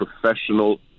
professional